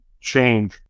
change